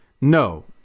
no